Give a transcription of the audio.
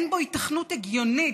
אין בו היתכנות הגיונית.